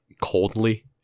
coldly